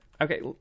Okay